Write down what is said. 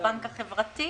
לבנק החברתי.